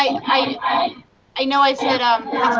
i um i know i said, um